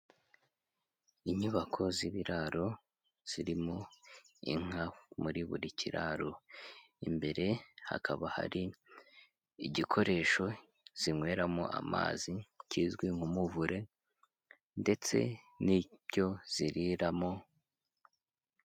Inyubako z'ibiraro zirimo inka muri buri kiraro imbere hakaba hari igikoresho zinyweramo amazi kizwi nk'umuvure ndetse n'ibyo ziriramo.